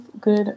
good